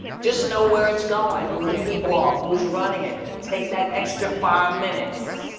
just know where it's going, who the people are, who's running it take that extra five minutes,